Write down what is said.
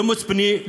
לא מצפוני,